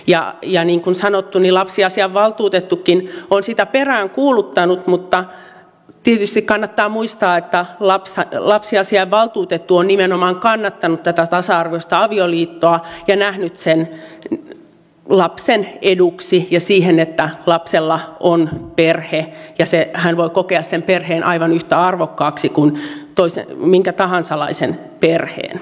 ja niin kuin sanottu lapsiasiavaltuutettukin on sitä peräänkuuluttanut mutta tietysti kannattaa muistaa että lapsiasiavaltuutettu on nimenomaan kannattanut tasa arvoista avioliittoa ja nähnyt sen lapsen eduksi ja sen että lapsella on perhe ja hän voi kokea sen perheen aivan yhtä arvokkaaksi kuin minkä tahansa laisen perheen